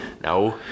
no